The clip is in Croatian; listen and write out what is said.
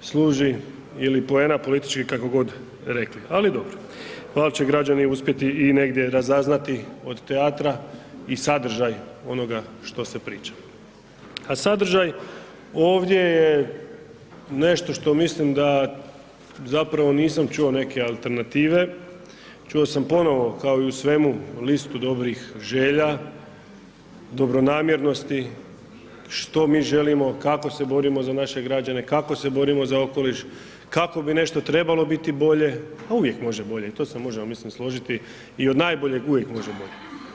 služi ili poena političkih, kako god rekli, ali dobro, valda će građani uspjeti i negdje razaznati od teatra i sadržaj onoga što se priča, a sadržaj ovdje je nešto što mislim da zapravo nisam čuo neke alternative, čuo sam ponovo, kao i u svemu, listu dobrih želja, dobronamjernosti, što mi želimo, kako se borimo za naše građane, kako se borimo za okoliš, kako bi nešto trebalo biti bolje, pa uvijek može bolje i tu se možemo ja mislim složiti i od najboljeg uvijek može bolje.